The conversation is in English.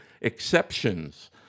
exceptions